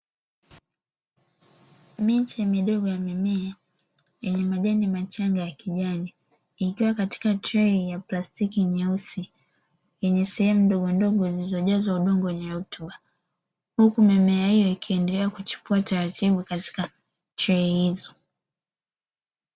Miche midogo ya mimea yenye majani machangaya kijani, yakiwa katika trei ya plastiki nyeusi, yenye sehemu ndogondogo zilizojazwa udongo wenye rutuba, huku mimea hiyo ikiendelea kuchipua taratibu katika trei hizo.